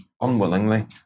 unwillingly